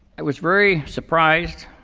i was very surprised